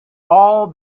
all